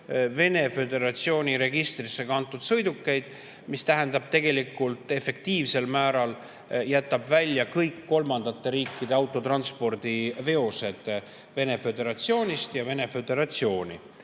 Vene föderatsiooni registrisse kantud sõidukeid, mis tähendab tegelikult seda, et efektiivsel määral jätab välja kõik kolmandate riikide autotranspordi veosed Vene föderatsioonist ja Vene föderatsiooni.